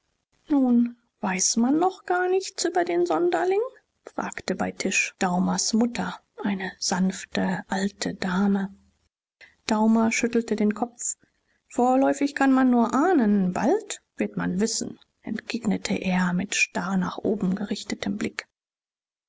nun weiß man noch gar nichts über den sonderling fragte bei tisch daumers mutter eine sanfte alte dame daumer schüttelte den kopf vorläufig kann man nur ahnen bald wird man wissen entgegnete er mit starr nach oben gerichtetem blick